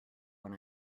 when